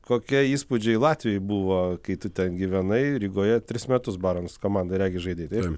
kokie įspūdžiai latvijoj buvo kai tu ten gyvenai rygoje tris metus barans komandoj regis žaidei taip